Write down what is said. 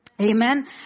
Amen